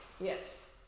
Yes